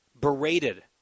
berated